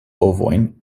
ovojn